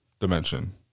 dimension